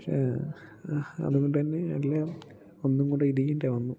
പക്ഷേ അതുകൊണ്ടുതന്നെ എല്ലാം ഒന്നും കൂടെ വന്നു